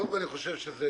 קודם כול, אני חושב שזה